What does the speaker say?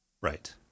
Right